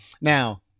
Now